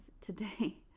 today